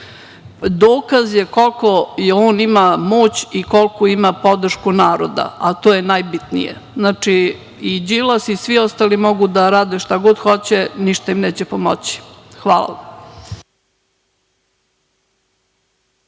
dokaz je koliku on ima moć i koliku podršku naroda, a to je najbitnije. Znači, i Đilas i svi ostali mogu da rade šta god hoće, ništa im neće pomoći. Hvala.